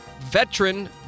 veteran